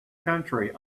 country